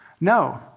No